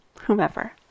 whomever